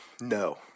No